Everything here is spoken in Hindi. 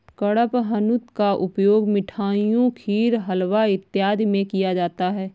कडपहनुत का उपयोग मिठाइयों खीर हलवा इत्यादि में किया जाता है